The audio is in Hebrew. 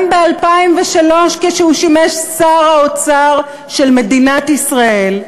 גם ב-2003, כשהוא שימש שר האוצר של מדינת ישראל,